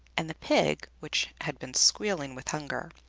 and the pig, which had been squealing with hunger,